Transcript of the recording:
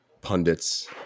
pundits